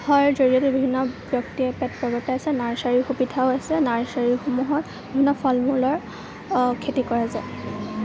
হৰ জৰিয়তে বিভিন্ন ব্যক্তিয়ে পেট প্ৰবৰ্তাইছে নাৰ্ছাৰীৰ সুবিধাও আছে নাৰ্ছাৰীসমূহত বিভিন্ন ফল মূলৰ খেতি কৰা যায়